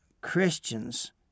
Christians